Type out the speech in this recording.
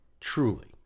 truly